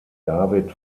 david